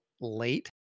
late